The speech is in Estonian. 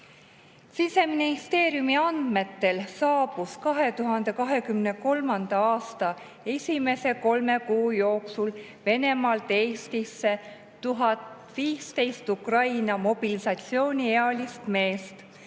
Siseministeeriumi andmetel saabus 2023. aasta esimese kolme kuu jooksul Venemaalt Eestisse 1015 Ukraina mobilisatsiooniealist meest,